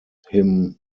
him